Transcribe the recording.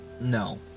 no